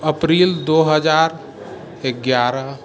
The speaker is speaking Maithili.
अप्रैल दुइ हजार एगारह